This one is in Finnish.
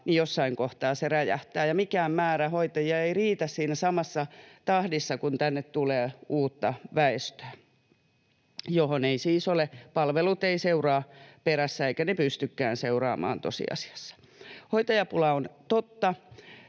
jossain kohtaa se räjähtää. Mikään määrä hoitajia ei riitä siinä samassa tahdissa kuin tänne tulee uutta väestöä, jota siis palvelut eivät seuraa perässä, eivätkä ne pystykään seuraamaan tosiasiassa. Hoitajapula on totta.